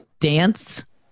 dance